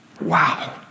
wow